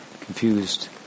confused